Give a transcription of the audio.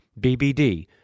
BBD